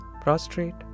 prostrate